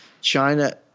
China